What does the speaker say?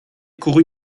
couru